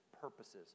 purposes